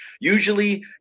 Usually